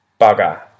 Bugger